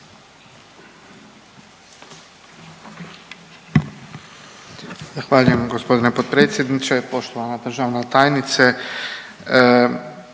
Hvala vam